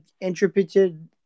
interpreted